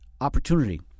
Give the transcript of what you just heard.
opportunity